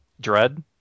Dread